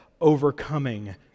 overcoming